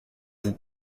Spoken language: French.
vous